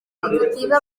conflictiva